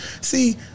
See